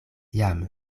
jam